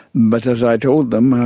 but as i told them,